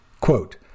quote